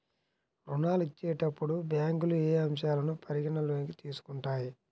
ఋణాలు ఇచ్చేటప్పుడు బ్యాంకులు ఏ అంశాలను పరిగణలోకి తీసుకుంటాయి?